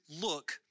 look